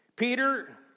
Peter